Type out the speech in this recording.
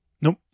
Nope